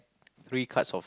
three cards of